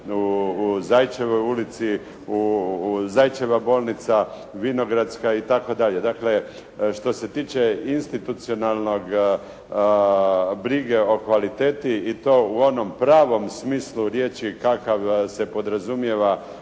u Zajčevoj ulici, Zajčeva bolnica, Vinogradska i tako dalje. Dakle, što se tiče institucionalnog brige o kvaliteti i to u onom pravom smislu riječi kakav se podrazumijeva